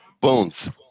Bones